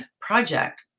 project